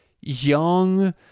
young